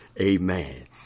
Amen